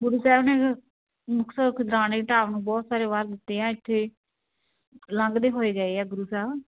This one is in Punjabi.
ਗੁਰੂ ਸਾਹਿਬ ਨੇ ਮੁਕਤਸਰ ਖਿਦਾਰਣੇ ਦੀ ਢਾਬ ਨੂੰ ਬਹੁਤ ਸਾਰੇ ਵਰ ਦਿੱਤੇ ਆ ਇੱਥੇ ਲੰਘਦੇ ਹੋਏ ਗਏ ਆ ਗੁਰੂ ਸਾਹਿਬ